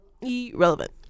irrelevant